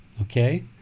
okay